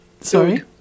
Sorry